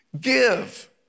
Give